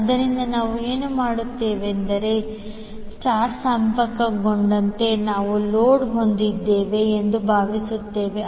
ಆದ್ದರಿಂದ ನಾವು ಏನು ಮಾಡುತ್ತೇವೆಂದರೆ ಸ್ಟರ್ ಸಂಪರ್ಕಗೊಂಡಂತೆ ನಾವು ಲೋಡ್ ಹೊಂದಿದ್ದೇವೆ ಎಂದು ಭಾವಿಸುತ್ತೇವೆ